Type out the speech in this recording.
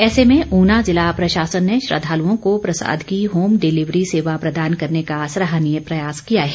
ऐसे में ऊना जिला प्रशासन ने श्रद्दालुओं को प्रसाद की होम डिलिवरी सेवा प्रदान करने का सराहनीय प्रयास किया है